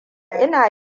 ina